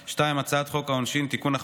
2. הצעת חוק העונשין (תיקון,